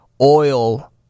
oil